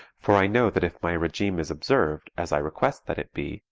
for i know that if my regime is observed as i request that it be,